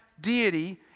deity